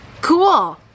cool